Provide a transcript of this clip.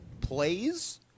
plays